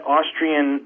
Austrian